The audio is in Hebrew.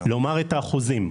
לומר את האחוזים,